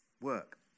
work